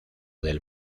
del